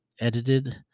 edited